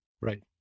Right